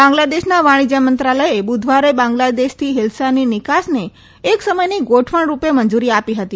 બાંગ્લાદેશના વાણિજ્ય મંત્રાલયે બુધવારે બાંગ્લાદેશથી હિલ્સાની નિકાસને એક સમયની ગોઠવણ રૂપે મંજુરી આપી હતી